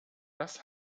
das